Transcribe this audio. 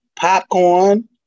Popcorn